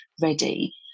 ready